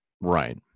Right